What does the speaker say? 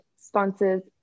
sponsors